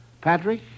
Patrick